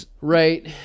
Right